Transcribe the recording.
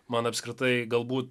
man apskritai galbūt